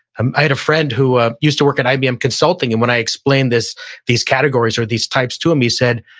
and i had a friend who ah used to work at ibm consulting and when i explained these categories or these types to him, he said,